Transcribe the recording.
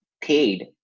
paid